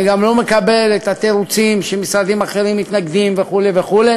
ואני גם לא מקבל את התירוצים שמשרדים אחרים מתנגדים וכו' וכו',